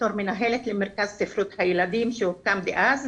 בתור מנהלת למרכז ספרות הילדים שהוקם דאז,